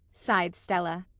sighed stella.